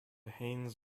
haines